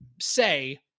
say